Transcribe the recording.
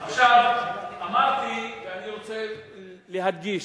עכשיו, אמרתי, ואני רוצה להדגיש,